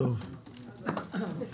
הישיבה ננעלה בשעה 10:32.